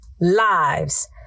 lives